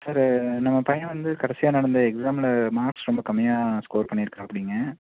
sir நம்ம பையன் வந்து கடைசியா நடந்த எக்ஸாமில் மார்க்ஸ் ரொம்ப கம்மியாக ஸ்கோர் பண்ணிருக்கிறாப்பிடிங்க